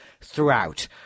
throughout